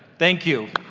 thank you.